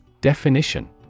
Definition